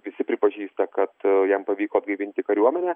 visi pripažįsta kad jam pavyko atgaivinti kariuomenę